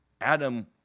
Adam